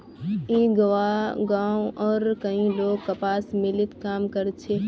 ई गांवउर कई लोग कपास मिलत काम कर छे